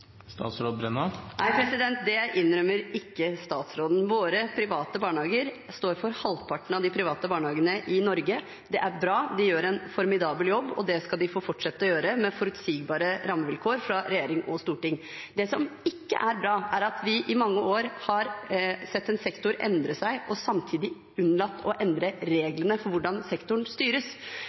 Nei, det innrømmer ikke statsråden. Våre private aktører står for halvparten av de private barnehagene i Norge. Det er bra. De gjør en formidabel jobb, og det skal de få fortsette å gjøre med forutsigbare rammevilkår fra regjering og storting. Det som ikke er bra, er at vi i mange år har sett en sektor endre seg og samtidig unnlatt å endre reglene for hvordan sektoren styres.